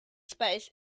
space